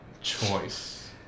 choice